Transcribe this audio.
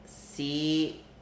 see